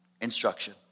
instruction